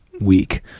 week